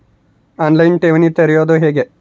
On line ಠೇವಣಿ ತೆರೆಯೋದು ಹೆಂಗ?